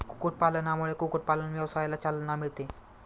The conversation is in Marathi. कुक्कुटपालनामुळे कुक्कुटपालन व्यवसायाला चालना मिळते